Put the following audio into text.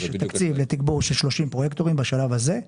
יש תקציב לתגבור של 30 פרויקטורים בשלב הזה,